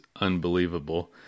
unbelievable